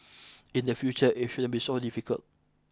in the future it shouldn't be so difficult